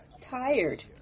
Tired